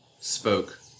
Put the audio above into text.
Spoke